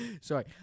sorry